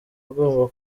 agomba